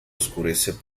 oscurece